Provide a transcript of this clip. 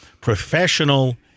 professional